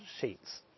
sheets